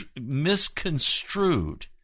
misconstrued